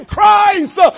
Christ